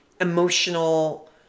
emotional